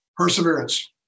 Perseverance